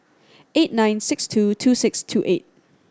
eight nine six two two six two eight